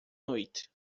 noite